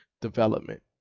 development